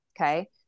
Okay